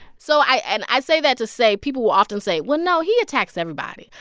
so i and i say that to say people will often say, well, no, he attacks everybody.